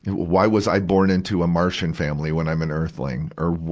why was i born into a martian family, when i'm an earthling? or,